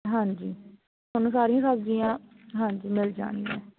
ਹਾਂਜੀ ਤੁਹਾਨੂੰ ਸਾਰੀਆਂ ਸਬਜ਼ੀਆਂ ਹਾਂਜੀ ਮਿਲ ਜਾਣਗੀਆਂ